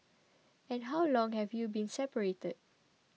and how long have you been separated